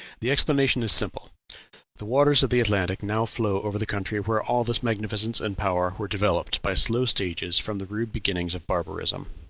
the explanation is simple the waters of the atlantic now flow over the country where all this magnificence and power were developed by slow stages from the rude beginnings of barbarism.